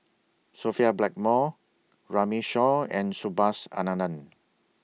Sophia Blackmore Runme Shaw and Subhas Anandan